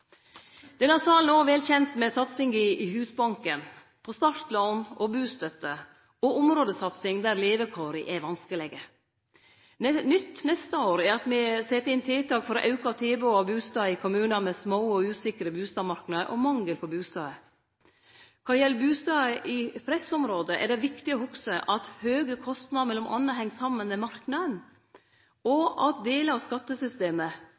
Denne salen er òg vel kjend med satsinga på Husbanken, startlån og bustøtte og områdesatsing der levekåra er vanskelege. Nytt neste år er at me set inn tiltak for å auke tilbodet av bustader i kommunar med små og usikre bustadmarknader og mangel på bustader. Kva gjeld bustadbygginga i pressområde, er det viktig å hugse at høge kostnader m.a. heng saman med marknaden og delar av skattesystemet